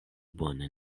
bone